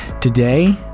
Today